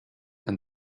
and